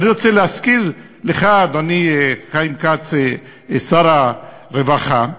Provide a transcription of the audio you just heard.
אני רוצה להזכיר לך, אדוני חיים כץ, שר הרווחה,